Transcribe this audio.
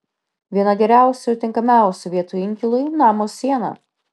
viena geriausių ir tinkamiausių vietų inkilui namo siena